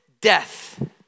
Death